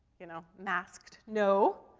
you know, masked no,